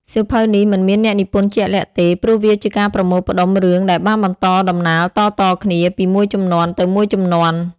សៀវភៅនេះមិនមានអ្នកនិពន្ធជាក់លាក់ទេ ព្រោះវាជាការប្រមូលផ្តុំរឿងដែលបានបន្តដំណាលតៗគ្នាពីមួយជំនាន់ទៅមួយជំនាន់។